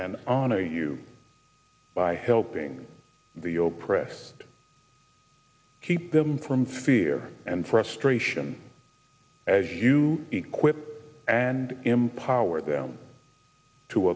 and honor you by helping the old press keep them from fear and frustration as you equip and empower them to